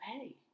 hey